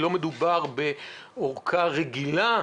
לא מדובר בארכה רגילה,